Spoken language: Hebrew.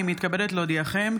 אני מתכבדת להודיעכם,